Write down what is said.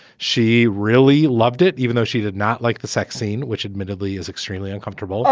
she really loved it, even though she did not like the sex scene, which admittedly is extremely uncomfortable.